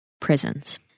prisons